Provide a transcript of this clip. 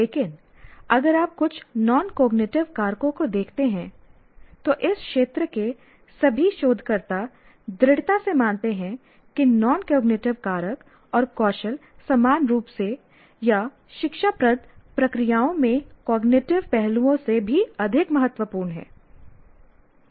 लेकिन अगर आप कुछ नॉन कॉग्निटिव कारकों को देखते हैं तो इस क्षेत्र के सभी शोधकर्ता दृढ़ता से मानते हैं कि नॉन कॉग्निटिव कारक और कौशल समान रूप से या शिक्षाप्रद प्रक्रियाओं में कॉग्निटिव पहलुओं से भी अधिक महत्वपूर्ण हैं